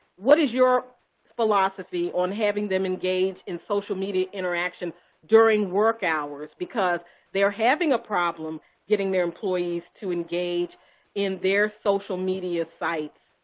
what is your philosophy on having them engage in social media interactions during work hours, because they're having a problem getting their employees to engage in their social media site,